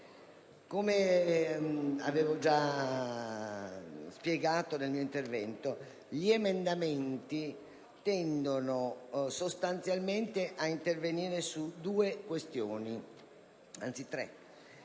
Come avevo già spiegato nel mio precedente intervento, tali emendamenti tendono sostanzialmente a intervenire su tre questioni. Il primo